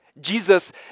Jesus